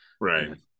right